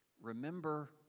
remember